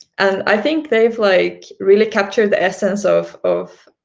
and i think they've like really captured the essence of of